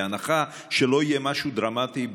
בהנחה שלא יהיה משהו דרמטי,